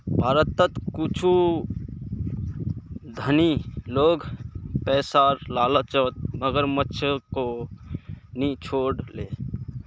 भारतत कुछू धनी लोग पैसार लालचत मगरमच्छको नि छोड ले